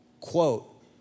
quote